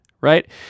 right